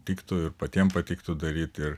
tiktų ir patiems patiktų daryti ir